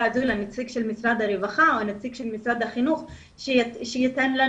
הזו לנציג משרד הרווחה או נציג משרד החינוך שייתן לנו